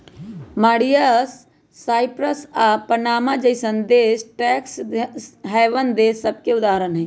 Mauritius, Cyprus आऽ Panama जइसन्न देश टैक्स हैवन देश सभके उदाहरण हइ